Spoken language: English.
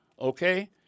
okay